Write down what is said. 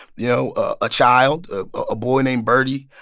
you know? a child a boy named birdie.